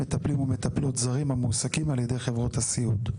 מטפלים ומטפלות זרים המועסקים על ידי חברות הסיעוד.